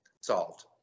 solved